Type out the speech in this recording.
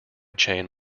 chain